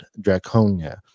draconia